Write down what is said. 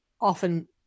often